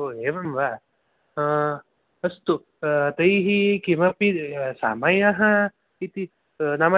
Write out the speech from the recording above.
ओ एवं वा अस्तु तैः किमपि समयः इति नाम